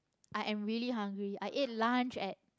i am really hungry i ate lunch at